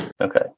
Okay